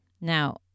Now